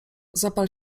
zapal